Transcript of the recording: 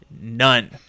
None